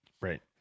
Right